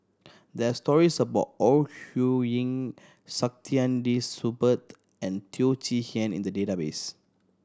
there are stories about Ore Huiying Saktiandi Supaat and Teo Chee Hean in the database